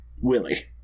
Willie